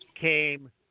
came